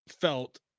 felt